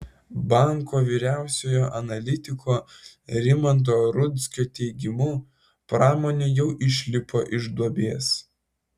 banko vyriausiojo analitiko rimanto rudzkio teigimu pramonė jau išlipo iš duobės